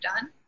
done